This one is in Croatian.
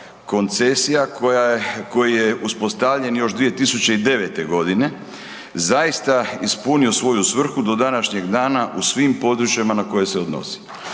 koja je, koji je uspostavljen još 2009. g. zaista ispunio svoju svrhu do današnjeg dana u svim područjima na koje se odnosi.